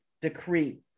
decree